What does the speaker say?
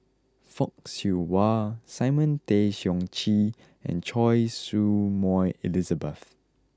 Fock Siew Wah Simon Tay Seong Chee and Choy Su Moi Elizabeth